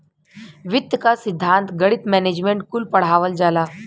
वित्त क सिद्धान्त, गणित, मैनेजमेंट कुल पढ़ावल जाला